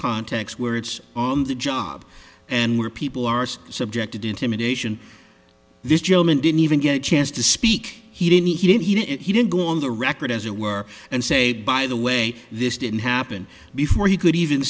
context where it's on the job and where people are subjected to intimidation this gentleman didn't even get a chance to speak he didn't he didn't he didn't he didn't go on the record as it were and say by the way this didn't happen before he could even